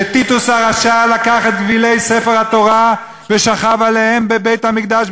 שטיטוס הרשע לקח את גווילי ספר התורה ושכב עליהם בבית-המקדש,